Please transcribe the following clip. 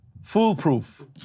foolproof